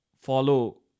follow